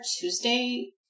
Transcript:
Tuesday